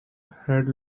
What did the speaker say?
had